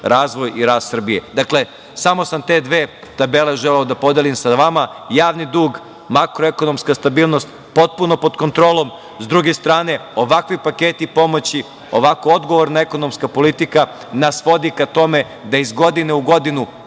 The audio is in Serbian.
razvoj i rast Srbije. Samo sam te dve tabele želeo da podelim sa vama – javni dug, makroekonomska stabilnost, potpuno pod kontrolom. S druge strane, ovakvi paketi pomoći, ovako odgovorna ekonomska politika nas vodi ka tome da iz godine u godinu,